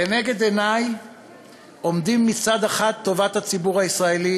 לנגד עיני עומדים מצד אחד טובת הציבור הישראלי